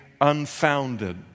unfounded